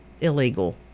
illegal